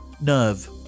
Nerve